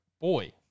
boy